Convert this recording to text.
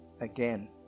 Again